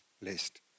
list